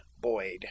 boyd